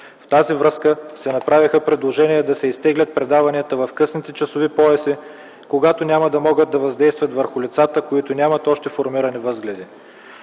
В тази връзка се направи предложение да се изтеглят предаванията в късните часови пояси, когато няма да могат да въздействат върху лицата, които нямат още формирани възгледи.